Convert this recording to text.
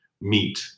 meet